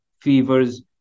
fevers